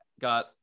got